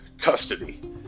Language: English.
custody